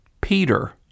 Peter